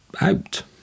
out